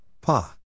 pa